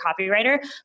copywriter